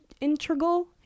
integral